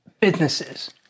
businesses